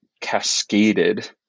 cascaded